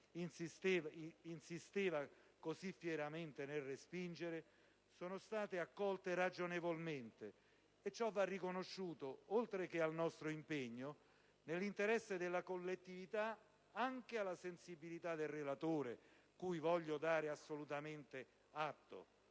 insisteva così fieramente nel respingere, sono state ragionevolmente accolte, e ciò va riconosciuto, oltre che al nostro impegno nell'interesse della collettività, anche alla sensibilità del relatore, della quale voglio dare assolutamente atto.